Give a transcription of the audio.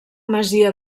masia